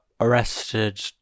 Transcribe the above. arrested